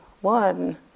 one